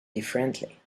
differently